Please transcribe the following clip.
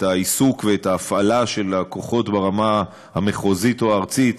את העיסוק ואת ההפעלה של הכוחות ברמה המחוזית או הארצית,